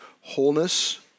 wholeness